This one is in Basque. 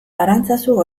arantzazu